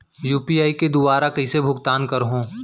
UPI के दुवारा कइसे भुगतान करहों?